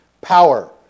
power